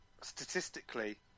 statistically